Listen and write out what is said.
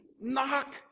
knock